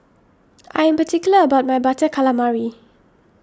I am particular about my Butter Calamari